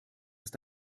ist